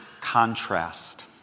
contrast